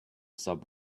subway